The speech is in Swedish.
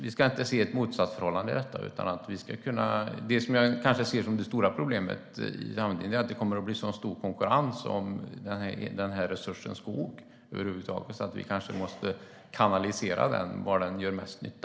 Vi ska inte se ett motsatsförhållande i detta. Det stora problemet jag kan se är att det kommer att bli en så stor konkurrens om resursen skog så att vi måste kanalisera var den gör mest nytta.